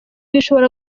bishobora